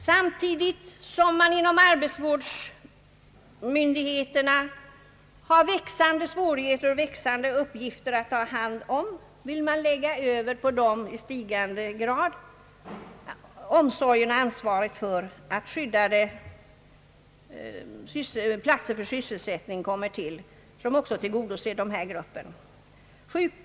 Samtidigt som arbetsvårdsmyndigheterna har växande svårigheter och växande uppgifter att ta hand om vill man på dem i stigande grad lägga över omsorgen och ansvaret för att skyddade platser för sysselsättning kommer till stånd som också tillgodoser den grupp det nu är fråga om.